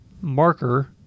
marker